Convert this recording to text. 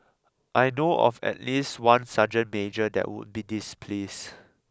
I know of at least one sergeant major that would be displeased